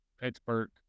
Pittsburgh